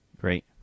Great